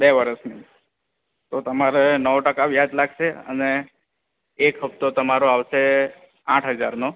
બે વર્ષનું તો તમારે નવ ટકા વ્યાજ લાગશે અને એક હફતો તમારો આવશે આઠ હજારનો